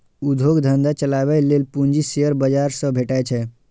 उद्योग धंधा चलाबै लेल पूंजी शेयर बाजार सं भेटै छै